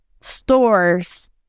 stores